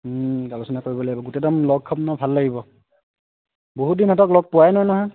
আলোচনা কৰিব লাগিব গোটেই দ'ম লগ খাম ন ভাল লাগিব বহুত দিন সিহঁতক লগ পোৱাই নহয়